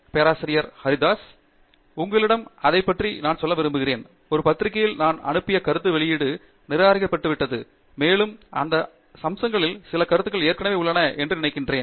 பேராசிரியர் பிரதாப் ஹரிதாஸ் நான் அதைப் பற்றி சொல்ல விரும்புகிறேன் உங்களிடம் ஒரு பத்திரிகையில் வெளியான ஒரு பத்திரிகையில் பேசுகையில் அது மீண்டும் நிராகரிக்கப்பட்டுவிட்டது மேலும் இந்த அம்சங்களில் சில கருத்துகள் ஏற்கனவே உள்ளன என்று நான் நினைக்கிறேன்